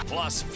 Plus